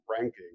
ranking